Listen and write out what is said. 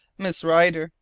miss rider,